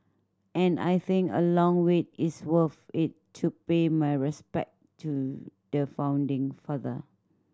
and I think a long wait is worth it to pay my respect to the founding father